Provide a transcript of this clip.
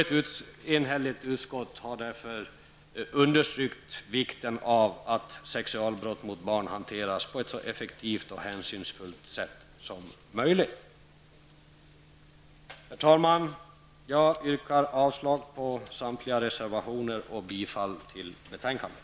Ett enhälligt utskott understryker därför vikten av att sexualbrott mot barn hanteras på ett så effektivt och hänsynsfullt sätt som möjligt. Herr talman! Jag yrkar avslag på samtliga reservationer och bifall till utskottets hemställan.